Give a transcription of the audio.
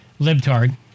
libtard